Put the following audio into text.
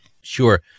Sure